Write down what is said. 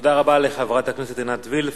תודה רבה לחברת הכנסת עינת וילף.